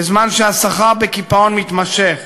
בזמן שהשכר בקיפאון מתמשך.